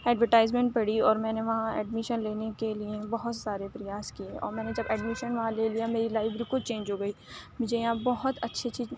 advertisement پڑھی اور میں نے وہاں ایڈمیشن لینے کے لیے بہت سارے پریاس کیے اور میں نے جب ایڈمیشن وہاں لے لیا میری لائف بالکل چینج ہو گئی مجھے یہاں بہت اچھی اچھی